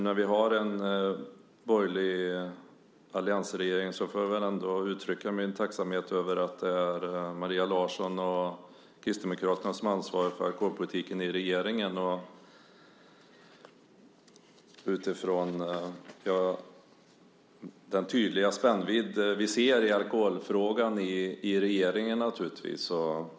När vi nu har en borgerlig alliansregering får jag väl ändå uttrycka min tacksamhet över att det är Maria Larsson och Kristdemokraterna som i regeringen har ansvaret alkoholpolitiken - detta sagt naturligtvis utifrån den tydliga spännvidd vi ser i regeringen när det gäller alkoholfrågan.